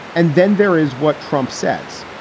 and then there is what trump says.